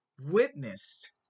witnessed